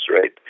right